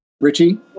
Richie